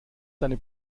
deine